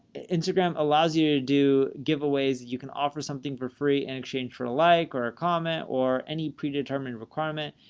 instagram allows you to do giveaways that you can offer something for free in and exchange for a like, or a comment or any predetermined requirement.